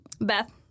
Beth